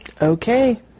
Okay